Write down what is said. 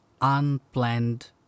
unplanned